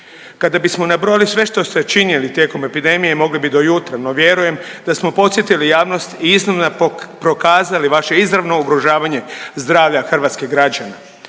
Kada bismo nabrojali sve što ste činili tijekom epidemije, mogli bi do jutra, no vjerujem da smo podsjetili javnost i iznimno prokazali vaše izravno ugrožavanje zdravlja hrvatskih građana.